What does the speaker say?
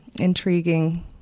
intriguing